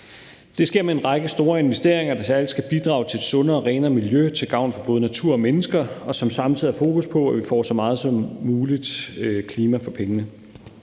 Det sker med en række store investeringer, der særlig skal bidrage til et sundere og renere miljø til gavn for både naturen og mennesker, og som samtidig har fokus på, at vi får så meget klima som muligt for pengene.